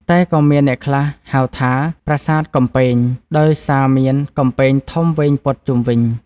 តែក៏មានអ្នកខ្លះហៅថា ប្រាសាទកំពែងដោយសារមាន កំពែងធំវែងព័ទ្ធជុំវិញ ។